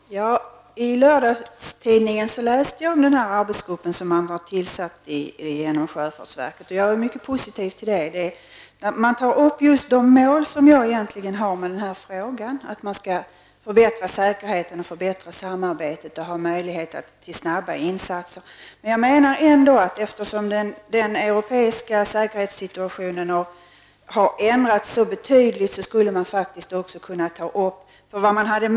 Herr talman! I lördagstidningen läste jag om arbetsgruppen som har tillsats inom sjöfartsverket, och jag är mycket positiv till det initiativet. Man tar där upp just de mål som jag har med min fråga, nämligen förbättrad säkerhet, bättre samarbete och möjlighet att göra snabba insatser. Men jag menar ändå att eftersom den europeiska säkerhetssituationen har ändrats så betydligt, borde Sverige nu kunna ta upp frågan om de föråldrade bestämmelserna.